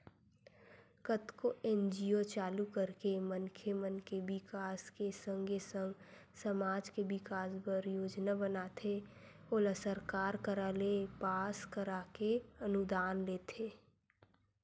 कतको एन.जी.ओ चालू करके मनखे मन के बिकास के संगे संग समाज के बिकास बर योजना बनाथे ओला सरकार करा ले पास कराके अनुदान लेथे